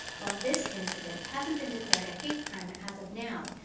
while this incident hasn't been declared a hate crime as of now,